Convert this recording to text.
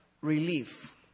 relief